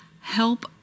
help